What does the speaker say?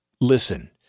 Listen